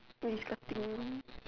restarting